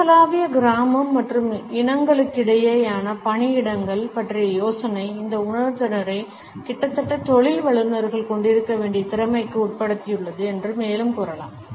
உலகளாவிய கிராமம் மற்றும் இனங்களுக்கிடையேயான பணியிடங்கள் பற்றிய யோசனை இந்த உணர்திறனை கிட்டத்தட்ட தொழில் வல்லுநர்கள் கொண்டிருக்க வேண்டிய திறமைக்கு உட்படுத்தியுள்ளது என்று மேலும் கூறலாம்